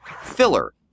Filler